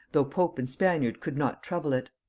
though pope and spaniard could not trouble it.